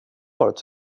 varit